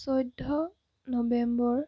চৈধ্য নৱেম্বৰ